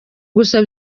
gusa